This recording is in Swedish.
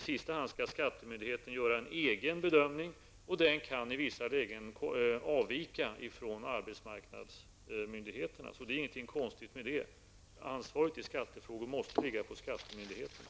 I sista hand skall skattemyndigheten göra en egen bedömning och den kan i vissa fall avvika från arbetsmarknadsmyndigheternas. Det är ingenting konstigt med detta. Ansvaret i skattefrågor måste ligga på skattemyndigheterna.